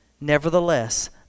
Nevertheless